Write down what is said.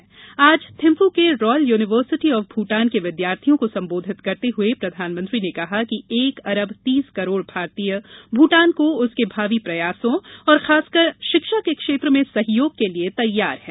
आज भूटान के थिम्फू में रॉयल यूनिवर्सिटी ऑफ भूटान के विद्यार्थियों को संबोधित करते हुए प्रधानमंत्री ने कहा कि एक अरब तीस करोड़ भारतीय लोग भूटान को उसके भावी प्रयासों और खासकर शिक्षा के क्षेत्र में सहयोग के लिए तैयार हैं